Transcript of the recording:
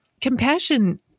compassion